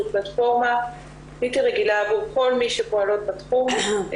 פלטפורמה בלתי רגילה עבור כל מי שפועלות בתחום,